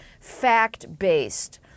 fact-based